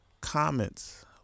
comments